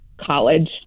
college